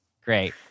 Great